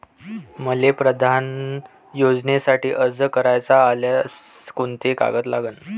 मले पंतप्रधान योजनेसाठी अर्ज कराचा असल्याने कोंते कागद लागन?